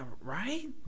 Right